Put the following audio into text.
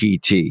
PT